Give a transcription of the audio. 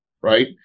right